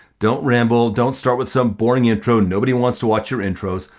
don't ramble, don't start with some boring intro, nobody wants to watch your intros,